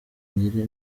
ngire